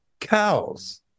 cows